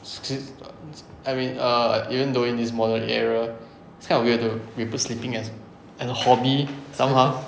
是是 I mean err even though in this modern era kind of weird though we put sleeping as an hobby somehow